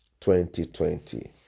2020